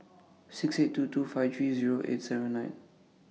six eight two two five three eight seven nine